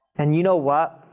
and you know what,